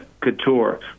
Couture